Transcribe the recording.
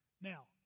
Now